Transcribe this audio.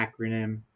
acronym